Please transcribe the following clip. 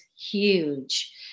huge